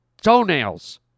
toenails